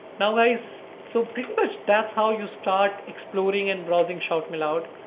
now guys, so pretty much, that's how you start exploring and browsing shoutmeloud.